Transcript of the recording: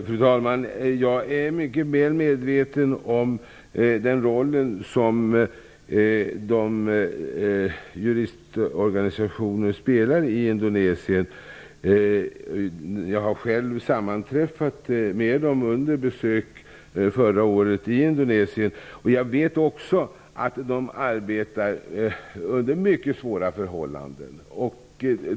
Fru talman! Jag är mycket väl medveten om vilken roll juristorganisationer spelar i Indonesien. Jag sammanträffade själv med företrädare för dessa under besök i Indonesien förra året. Jag vet också att de arbetar under mycket svåra förhållanden.